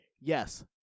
yes